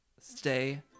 Stay